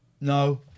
No